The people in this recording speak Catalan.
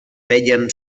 feien